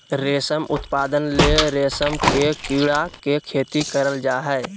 रेशम उत्पादन ले रेशम के कीड़ा के खेती करल जा हइ